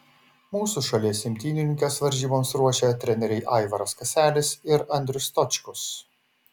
mūsų šalies imtynininkes varžyboms ruošė treneriai aivaras kaselis ir andrius stočkus